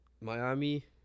Miami